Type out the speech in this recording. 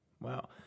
Wow